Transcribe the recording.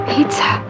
Pizza